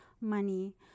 money